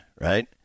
right